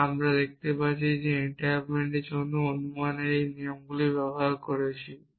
যা আমরা দেখতে পাচ্ছি এনটেলমেন্টের জন্য অনুমানের এই নিয়মগুলি ব্যবহার করছি